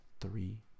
three